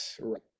right